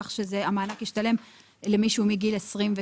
כך שהמענק ישתלם למישהו מגיל 23,